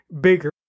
bigger